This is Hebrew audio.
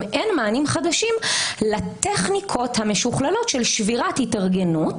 גם אין מענים חדשים לטכניקות המשוכללות של שבירת התארגנות,